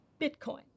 Bitcoin